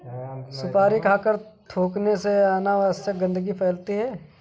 सुपारी खाकर थूखने से अनावश्यक गंदगी फैलती है